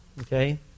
okay